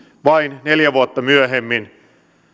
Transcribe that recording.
vain neljä vuotta myöhemmin